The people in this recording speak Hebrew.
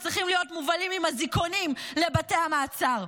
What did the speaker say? וצריכים להיות מובלים עם אזיקונים לבתי המעצר.